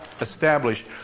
establish